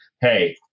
hey